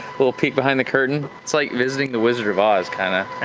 little peek behind the curtain. it's like visiting the wizard of oz kind of.